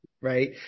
right